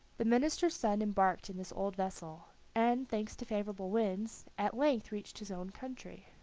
the minister's son embarked in this old vessel, and thanks to favorable winds, at length reached his own country.